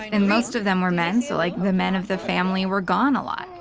and most of them were men. so like the men of the family were gone a lot.